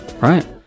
Right